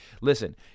listen